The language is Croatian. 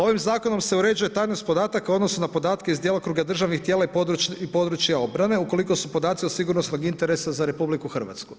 Ovim zakonom se uređuje tajnost podataka u odnosu na podatke iz djelokruga državnih tijela i područja obrane ukoliko su podaci od sigurnosnog interesa za Republiku Hrvatsku.